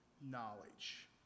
knowledge